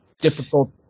difficult